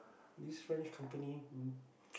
this French company um